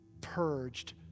purged